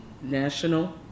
national